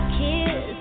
kiss